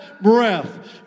breath